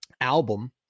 album